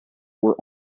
were